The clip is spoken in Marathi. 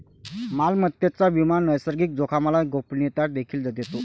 मालमत्तेचा विमा नैसर्गिक जोखामोला गोपनीयता देखील देतो